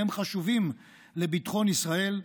כמה מהם חשובים לביטחון ישראל,